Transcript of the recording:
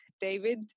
David